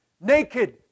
Naked